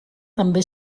també